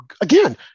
again